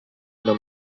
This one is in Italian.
una